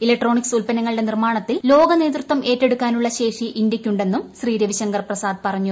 electronics ഉത്പന്നങ്ങളുടെ നിർമ്മാണത്തിൽ ലോക നേതൃത്വം ഏറ്റുടുക്കാനുള്ള ശേഷി ഇന്തൃയ്ക്കുണ്ടെന്നും ശ്രീ രവിശങ്കർ പ്രസാദ് പറഞ്ഞു